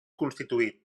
constituït